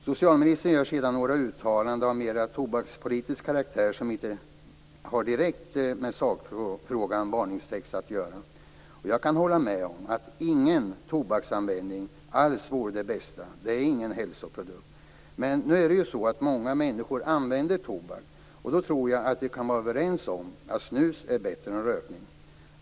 Socialministern gör sedan några uttalanden av mer tobakspolitisk karaktär, som inte har direkt med sakfrågan om varningstext att göra. Jag kan hålla med om att ingen tobaksanvändning alls vore det bästa. Det är ingen hälsoprodukt. Men nu använder många människor tobak. Då kan vi vara överens om att snus är bättre än rökning.